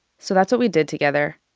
so that's what we did together.